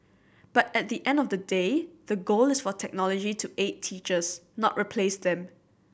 but at the end of the day the goal is for technology to aid teachers not replace them